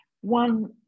One